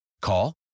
Call